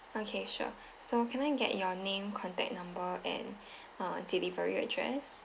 okay sure so can I get your name contact number and uh delivery address